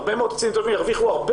הרבה מאוד קצינים טובים הרוויחו הרבה